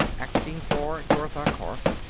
acting for tortha karf.